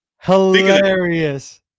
Hilarious